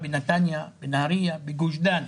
בנתניה, בנהריה, בגוש דן.